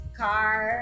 car